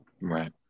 Right